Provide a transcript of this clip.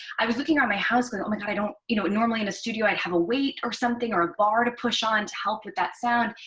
i was looking around my house going, oh, my god. i don't you know, normally in a studio, i'd have a weight or something or a bar to push on to help with that sound.